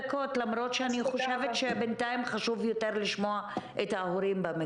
אני גם מסתכלת על היום שאחרי.